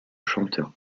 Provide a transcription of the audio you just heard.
chanteur